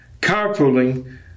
carpooling